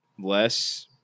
less